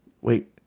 Wait